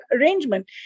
arrangement